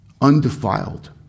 undefiled